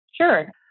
Sure